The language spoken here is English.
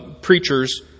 preachers